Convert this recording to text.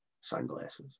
sunglasses